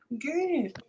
Good